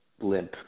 limp